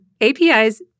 APIs